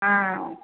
ಹಾಂ